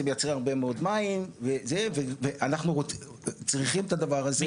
זה מייצר הרבה מאוד מים ואנחנו צריכים את הדבר הזה.